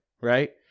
right